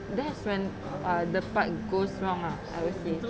that's when uh the part goes wrong ah I would say